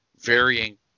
varying